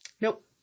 Nope